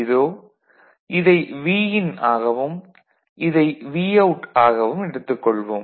இதோ இதை VIN ஆகவும் இதை VOUT ஆகவும் எடுத்துக் கொள்வோம்